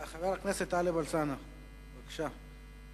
חבר הכנסת טלב אלסאנע, בבקשה.